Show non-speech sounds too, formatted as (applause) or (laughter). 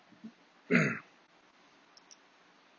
(noise)